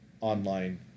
online